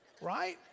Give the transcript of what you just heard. right